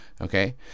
okay